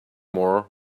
more